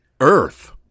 Earth